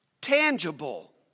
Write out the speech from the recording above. tangible